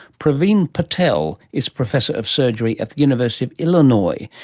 pravin patel is professor of surgery at the university of illinois,